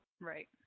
Right